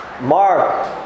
mark